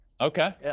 Okay